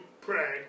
pray